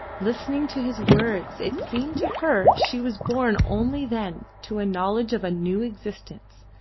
listening to his words, it seemed to her she was born only then to a knowledge of a new existence,